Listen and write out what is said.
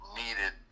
needed